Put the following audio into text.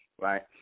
right